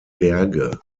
berge